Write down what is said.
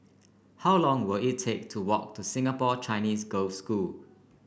how long will it take to walk to Singapore Chinese Girls' School